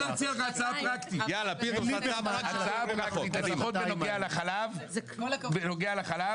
--- הצעה פרקטית בנוגע לחלב: שבהצעת החוק